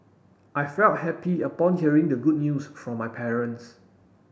I felt happy upon hearing the good news from my parents